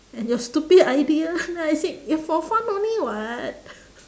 and your stupid idea then I said eh for fun only [what]